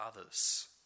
others